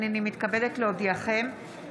הינני מתכבדת להודיעכם,